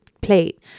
plate